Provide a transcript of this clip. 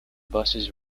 buses